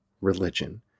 religion